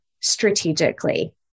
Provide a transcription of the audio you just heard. strategically